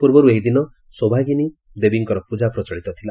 ପୂର୍ବରୁ ଏହିଦିନ ସୌଭାଗିନୀ ଦେବୀଙ୍କର ପୂଜା ପ୍ରଚଳିତ ଥିଲା